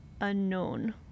unknown